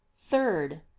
Third